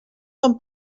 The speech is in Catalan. són